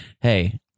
Hey